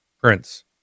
Prince